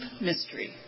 mystery